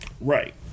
Right